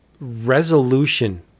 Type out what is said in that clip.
resolution